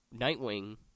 Nightwing